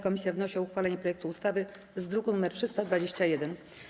Komisja wnosi o uchwalenie projektu ustawy z druku nr 321.